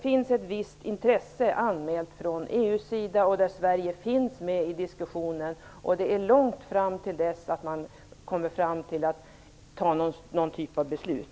Från EU:s sida har det anmälts ett visst intresse, där Sverige finns med i diskussionen, men det är långt kvar till någon typ av beslut.